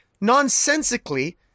nonsensically